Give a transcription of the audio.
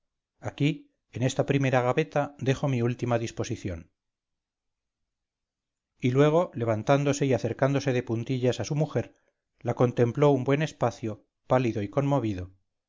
aquí en esta primera gaveta dejo mi última disposición y luego levantándose y acercándose de puntillas a su mujer la contempló un buen espacio pálido y conmovido